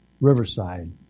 Riverside